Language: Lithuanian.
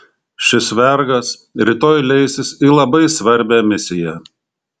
šis vergas rytoj leisis į labai svarbią misiją